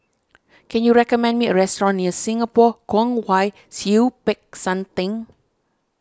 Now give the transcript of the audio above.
can you recommend me a restaurant near Singapore Kwong Wai Siew Peck San theng